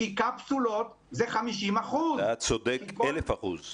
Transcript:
כי קפסולות זה 50%. אתה צודק באלף אחוז.